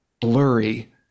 blurry